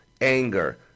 anger